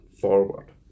forward